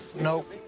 nope.